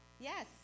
yes